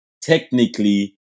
technically